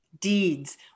deeds